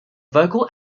vocal